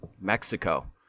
Mexico